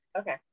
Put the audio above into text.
Okay